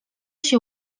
się